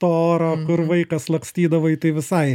to oro kur vaikas lakstydavai tai visai